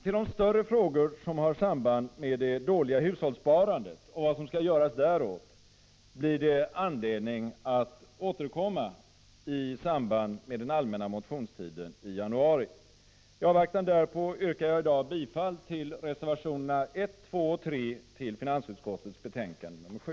Till de större frågor som har samband med det dåliga hushållssparandet och vad som skall göras däråt blir det anledning att återkomma i samband med den allmänna motionstiden i januari. I avvaktan därpå yrkar jag i dag bifall till reservationerna 1, 2 och 3 till finansutskottets betänkande nr 7.